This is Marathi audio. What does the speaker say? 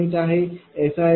80990